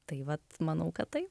taip pat manau kad taip